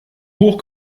hoch